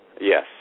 Yes